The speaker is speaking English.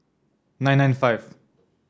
nine nine five